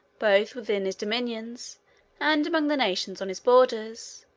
both within his dominions and among the nations on his borders,